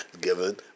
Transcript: given